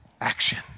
Action